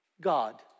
God